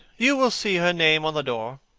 you will see her name on the door.